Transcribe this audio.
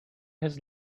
has